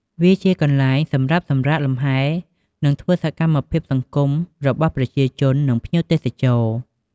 វាជាកន្លែងសម្រាប់សម្រាកលំហែ និងធ្វើសកម្មភាពសង្គមរបស់ប្រជាជន និងភ្ញៀវទេសចរ។